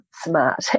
smart